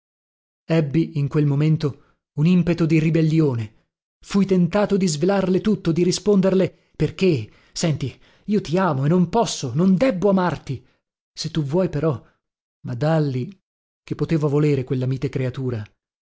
ebbi in quel momento un impeto di ribellione fui tentato di svelarle tutto di risponderle perché senti io ti amo e non posso non debbo amarti se tu vuoi però ma dàlli che poteva volere quella mite creatura